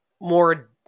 more